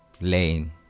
lane